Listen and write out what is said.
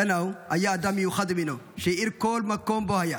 קנאו היה אדם מיוחד במינו, שהאיר כל מקום שבו היה.